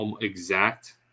exact